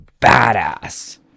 badass